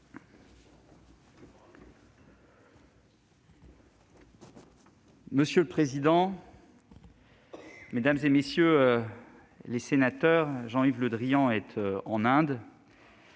Monsieur le président, mesdames, messieurs les sénateurs, Jean-Yves Le Drian est en Inde.